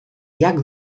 jak